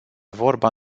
vorba